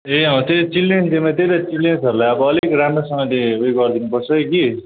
ए अँ त्यही चिल्ड्रेन्स डेमा त्यही त चिल्ड्रेन्सहरूलाई अब अलिक राम्रोसँगले उयो गरिदिनुपर्छ है कि